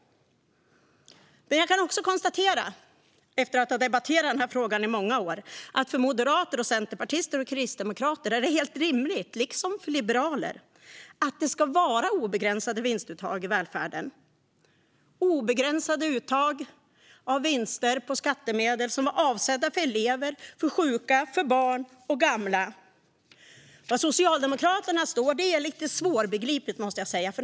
Efter att ha debatterat den här frågan i många år kan jag också konstatera att det för moderater, centerpartister och kristdemokrater, liksom för liberaler, är helt rimligt att ha obegränsade vinstuttag i välfärden - obegränsade uttag av vinster på skattemedel som var avsedda för elever, sjuka, barn och gamla. Var Socialdemokraterna står är lite svårbegripligt, måste jag säga.